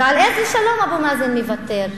ועל איזה שלום אבו מאזן מוותר?